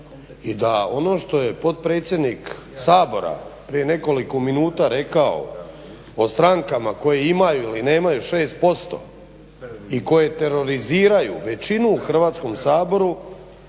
i da ono što je potpredsjednik Sabora prije nekoliko minuta rekao o strankama koje imaju ili nemaju 6% i koje teroriziraju većinu u Hrvatskom saboru